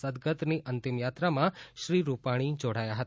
સદગતની અંતિમ યાત્રામાં શ્રી રૂપાણી જોડાયા હતા